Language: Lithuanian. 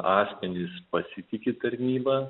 asmenys pasitiki tarnyba